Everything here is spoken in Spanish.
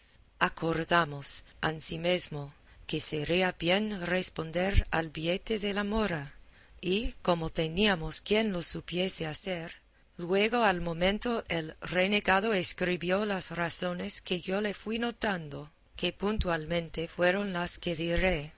acordamos ansimesmo que sería bien responder al billete de la mora y como teníamos quien lo supiese hacer luego al momento el renegado escribió las razones que yo le fui notando que puntualmente fueron las que diré